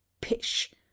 Pish